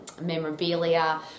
memorabilia